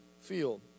field